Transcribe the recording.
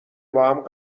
باهم